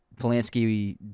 Polanski